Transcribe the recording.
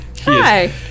Hi